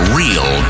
real